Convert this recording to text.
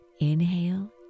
inhale